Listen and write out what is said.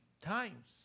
times